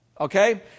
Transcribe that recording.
Okay